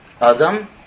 Adam